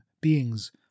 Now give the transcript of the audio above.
beings